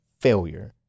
failure